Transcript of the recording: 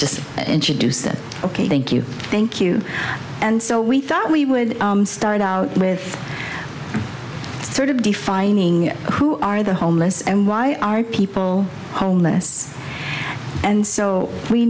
just introduce it ok thank you thank you and so we thought we would start out with sort of defining who are the homeless and why are people homeless and so we